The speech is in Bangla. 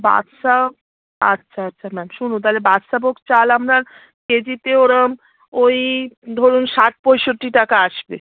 বাদশা আচ্ছা আচ্ছা না শুনুন তাহলে বাদশাভোগ চাল আপনার কেজিতে ওরম ওই ধরুন ষাট পঁয়ষট্টি টাকা আসবে